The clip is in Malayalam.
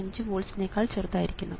5 വോൾട്സ് നേക്കാൾ ചെറുതായിരിക്കണം